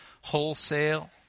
wholesale